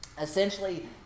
Essentially